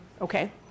okay